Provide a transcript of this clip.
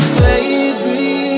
baby